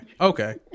okay